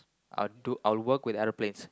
I'll to I'll work with aeroplanes